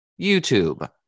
YouTube